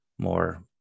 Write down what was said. More